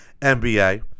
NBA